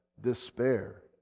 despair